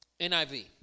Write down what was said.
NIV